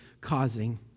causing